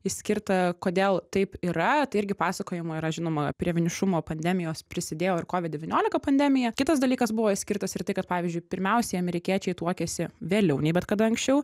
išskirta kodėl taip yra tai irgi pasakojama yra žinoma prie vienišumo pandemijos prisidėjo ir kovid devyniolika pandemija kitas dalykas buvo išskirtas ir tai kad pavyzdžiui pirmiausiai amerikiečiai tuokiasi vėliau nei bet kada anksčiau